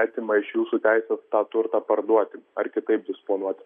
atima iš jūsų teisę tą turtą parduoti ar kitaip disponuoti